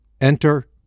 Enter